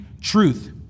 truth